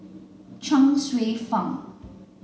Chuang Hsueh Fang